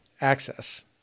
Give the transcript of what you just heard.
access